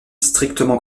strictement